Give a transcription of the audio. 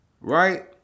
right